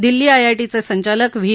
दिल्ली आयआयटीचे संचालक व्ही